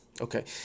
Okay